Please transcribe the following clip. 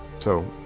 so,